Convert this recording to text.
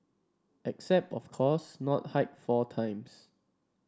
except of course not hike four times